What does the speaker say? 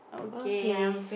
okay